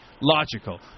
logical